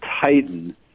titan